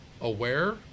aware